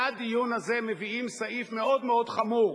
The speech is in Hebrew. לדיון הזה מביאים סעיף מאוד מאוד חמור,